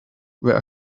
were